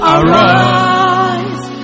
Arise